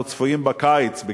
אנחנו צפויים הקיץ,